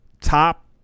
top